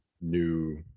new